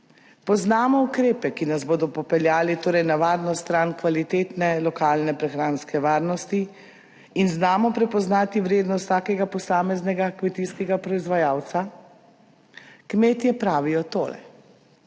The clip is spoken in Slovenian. Poznamo ukrepe, ki nas bodo popeljali torej na varno stran kvalitetne lokalne prehranske varnosti in znamo prepoznati vrednost vsakega posameznega kmetijskega proizvajalca? Kmetje pravijo tole: